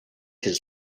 his